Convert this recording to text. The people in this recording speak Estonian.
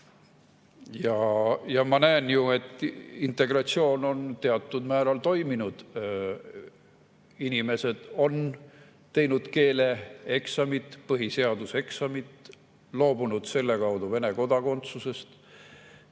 Ja ma näen, et integratsioon on teatud määral toiminud: inimesed on teinud keeleeksamit, põhiseaduse eksamit, loobunud selle kaudu Vene kodakondsusest.